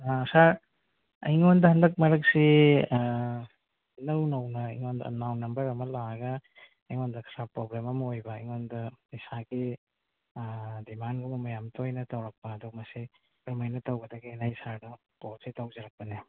ꯁꯥꯔ ꯑꯩꯉꯣꯟꯗ ꯍꯟꯗꯛ ꯃꯔꯛꯁꯤ ꯏꯅꯧ ꯅꯧꯅ ꯑꯩꯉꯣꯟꯗ ꯑꯟꯅꯣꯟ ꯅꯝꯕꯔ ꯑꯃ ꯂꯥꯛꯑꯒ ꯑꯩꯉꯣꯟꯗ ꯈꯔ ꯄ꯭ꯔꯣꯕ꯭ꯂꯦꯝ ꯑꯃ ꯑꯣꯏꯕ ꯑꯩꯉꯣꯟꯗ ꯄꯩꯁꯥꯒꯤ ꯗꯤꯃꯥꯟꯒꯨꯝꯕ ꯑꯃ ꯌꯥꯝ ꯇꯣꯏꯅ ꯇꯧꯔꯛꯄ ꯑꯗꯣ ꯃꯁꯤ ꯀꯔꯝ ꯍꯥꯏꯅ ꯇꯧꯒꯗꯒꯦꯅ ꯑꯩ ꯁꯥꯔꯗ ꯀꯣꯜꯁꯤ ꯇꯧꯖꯔꯛꯄꯅꯦ